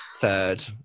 third